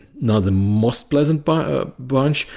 not the most pleasant but bunch,